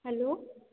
hello